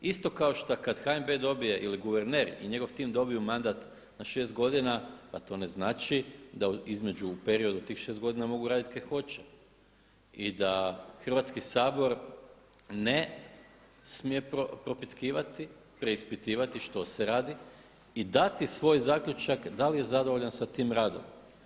Isto kao šta kad HNB dobije ili guverner i njegov tim dobiju mandat na šest godina, pa to ne znači da između u periodu od tih 6 godina mogu raditi kaj hoće i da Hrvatski sabor ne smije propitkivati, preispitivati što se radi i dati svoj zaključak da li je zadovoljan sa tim radom.